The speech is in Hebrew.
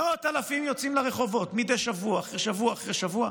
מאות אלפים יוצאים לרחובות שבוע אחרי שבוע אחרי שבוע.